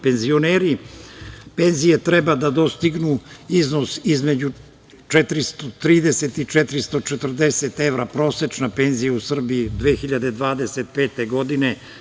Penzioneri, penzije treba da dostignu i iznos između 430 i 440 evra, prosečna penzija u Srbiji 2025. godine.